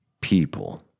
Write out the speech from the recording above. people